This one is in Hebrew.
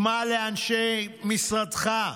שמע לאנשי משרדך.